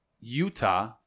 Utah